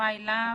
יוראי להב.